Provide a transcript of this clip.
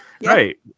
right